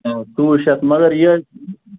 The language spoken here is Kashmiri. آ ژووُہ شیٚتھ مَگر یہِ حظ